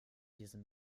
diesem